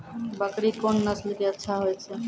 बकरी कोन नस्ल के अच्छा होय छै?